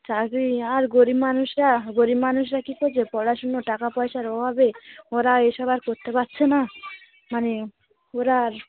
চাকরি আর গরীব মানুষরা গরীব মানুষরা কী করছে পড়াশুনো টাকা পয়সার অভাবে ওরা এসব আর করতে পারছে না মানে ওরা আর